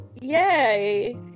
yay